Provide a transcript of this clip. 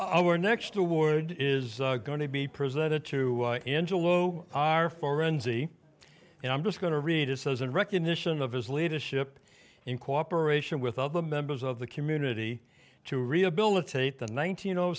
oh we're next award is going to be presented to enjoy a low are forensic and i'm just going to read it says in recognition of his leadership in cooperation with other members of the community to rehabilitate the nineteen